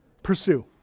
Pursue